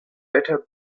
better